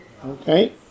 Okay